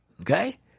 Okay